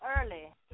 early